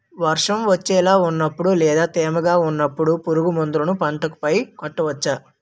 వర్షం వచ్చేలా వున్నపుడు లేదా తేమగా వున్నపుడు పురుగు మందులను పంట పై కొట్టవచ్చ?